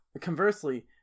conversely